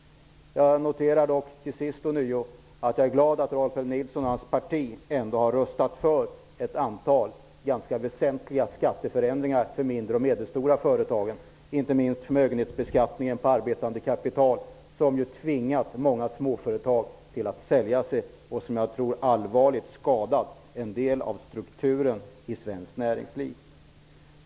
Jag noterar dock ånyo att jag är glad att Rolf L Nilson och hans parti ändå har röstat för ett antal ganska väsentliga skatteförändringar för de mindre och medelstora företagen. Det gäller inte minst förmögenhetsbeskattningen på arbetande kapital, som har tvingat många småföretag att sälja sig och allvarligt skadat en del av strukturen i svenskt näringsliv.